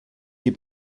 your